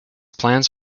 plans